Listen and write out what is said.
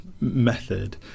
method